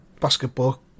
basketball